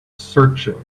searching